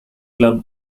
club